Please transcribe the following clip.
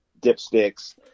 dipsticks